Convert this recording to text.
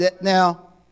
now